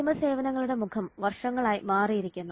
മാധ്യമ സേവനങ്ങളുടെ മുഖം വർഷങ്ങളായി മാറിയിരിക്കുന്നു